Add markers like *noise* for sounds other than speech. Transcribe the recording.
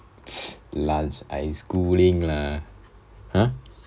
*noise* lunch I schooling ah !huh!